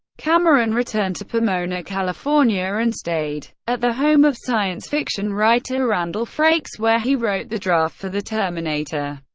cameron returned to pomona, california and stayed at the home of science fiction writer um randall frakes, where he wrote the draft for the terminator.